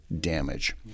damage